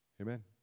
Amen